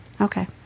Okay